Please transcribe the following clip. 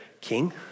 king